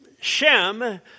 Shem